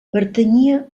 pertanyia